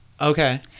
Okay